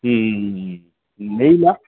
ம் ம் ம் ம் இந்த நெய்லாம்